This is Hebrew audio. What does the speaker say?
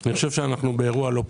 אני חושב שאנחנו באירוע לא פשוט.